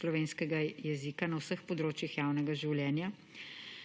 slovenskega jezika na vseh področjih javnega življenja,